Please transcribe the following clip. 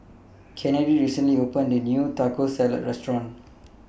Kennedy recently opened A New Taco Salad Restaurant